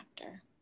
actor